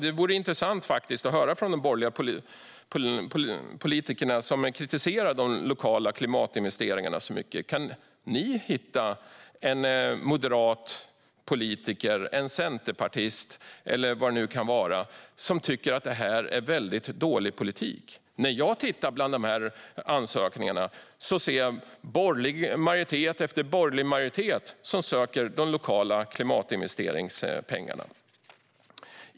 Det vore intressant att höra från de borgerliga politikerna, som har kritiserat de lokala klimatinvesteringarna så mycket, om de kan hitta en moderat politiker, en centerpartist eller vad det nu kan vara som tycker att detta är dålig politik. När jag tittar bland dessa ansökningar ser jag den ena borgerliga majoriteten efter den andra söka de lokala klimatinvesteringspengarna.